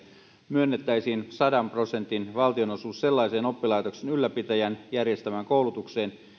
myönnettäisiin sadan prosentin valtionosuus sellaiseen oppilaitoksen ylläpitäjän järjestämään koulutukseen